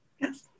Yes